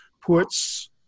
puts